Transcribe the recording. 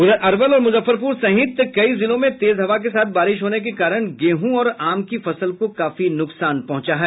उधर अरवल और मुजफ्फरपुर सहित कई जिलों में तेज हवा के साथ बारिश होने के कारण गेहूं और आम की फसल को काफी नुकसान पहुंचा है